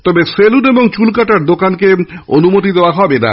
তবে সেলুন এবং চুল কাটার দোকানকে অনুমতি দেওয়া হবে না